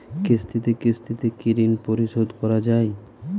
কিস্তিতে কিস্তিতে কি ঋণ পরিশোধ করা য়ায়?